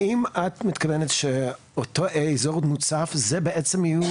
האם את מתכוונת שאותו אזור מוצף זה בעצם יהיה